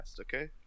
okay